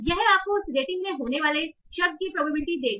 यह आपको उस रेटिंग में होने वाले शब्द की प्रोबेबिलिटी देगा